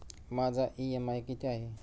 माझा इ.एम.आय किती आहे?